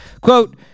quote